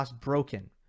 broken